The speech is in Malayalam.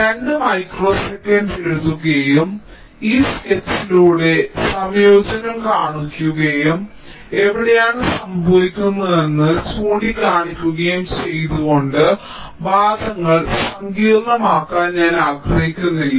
2 മൈക്രോ സെക്കൻഡ് എഴുതുകയും ഈ സ്കെച്ചിലൂടെ സംയോജനം കാണിക്കുകയും എവിടെയാണ് സംഭവിക്കുന്നതെന്ന് ചൂണ്ടിക്കാണിക്കുകയും ചെയ്തുകൊണ്ട് വാദങ്ങൾ സങ്കീർണ്ണമാക്കാൻ ഞാൻ ആഗ്രഹിക്കുന്നില്ല